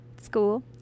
school